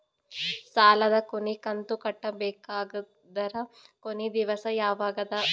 ಸಾಲದ ಕೊನಿ ಕಂತು ಕಟ್ಟಬೇಕಾದರ ಕೊನಿ ದಿವಸ ಯಾವಗದ?